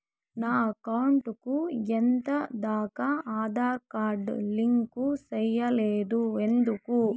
నా అకౌంట్ కు ఎంత దాకా ఆధార్ కార్డు లింకు సేయలేదు ఎందుకు